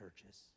churches